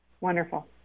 Wonderful